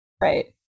Right